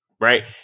right